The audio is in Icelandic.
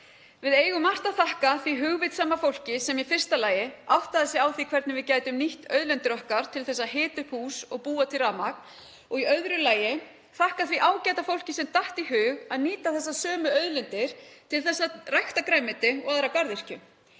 Við eigum margt að þakka því hugvitssama fólki sem í fyrsta lagi áttaði sig á því hvernig við gætum nýtt auðlindir okkar til að hita upp hús og búa til rafmagn og í öðru lagi því ágæta fólki sem datt í hug að nýta þessar sömu auðlindir til að rækta grænmeti og aðra garðyrkju.